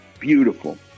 Beautiful